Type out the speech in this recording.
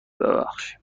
بخشیم